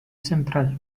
central